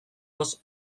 bost